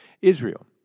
Israel